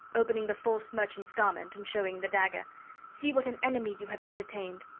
opening the false merchant's garment and showing the dagger see what an enemy you have entertained!